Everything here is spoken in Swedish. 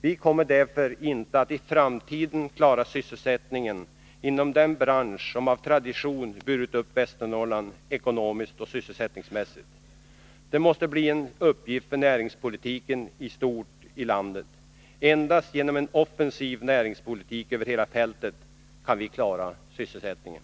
Vi kommer därför inte att i framtiden klara sysselsättningen inom den bransch som av tradition burit upp Västernorrland ekonomiskt och sysselsättningsmässigt. Det måste bli en uppgift för näringspolitiken i stort i landet. Endast genom en offensiv näringspolitik över hela fältet kan vi klara sysselsättningen.